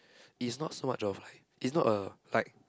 is not so much of like is not a like